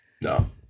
No